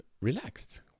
relaxed